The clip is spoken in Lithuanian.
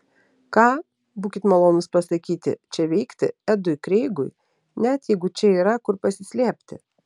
ką būkit malonūs pasakyti čia veikti edui kreigui net jeigu čia yra kur pasislėpti